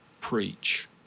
preach